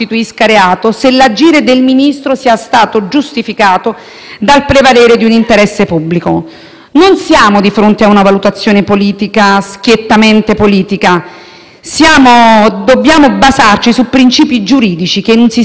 Non siamo di fronte a una valutazione schiettamente politica; dobbiamo basarci su principi giuridici, che in un sistema costituzionale e democratico non sono mai nella piena discrezione esclusivamente della politica.